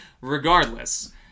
Regardless